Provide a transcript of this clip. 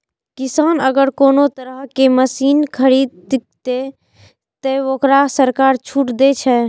किसान अगर कोनो तरह के मशीन खरीद ते तय वोकरा सरकार छूट दे छे?